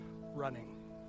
running